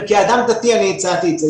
וכאדם דתי אני הצעתי את זה.